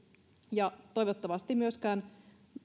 toivottavasti myöskään